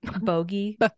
Bogey